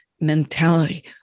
mentality